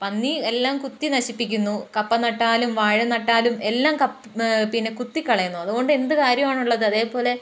പന്നിയെല്ലാം കുത്തിനശിപ്പിക്കുന്നു കപ്പ നട്ടാലും വാഴ നട്ടാലും എല്ലാം ക പിന്നെ കുത്തിക്കളയുന്നു അതുകൊണ്ടെന്തു കാര്യാണുള്ളത് അതേപോലെ